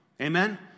Amen